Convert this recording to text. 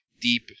deep